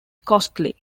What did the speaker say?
costly